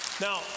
Now